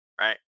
right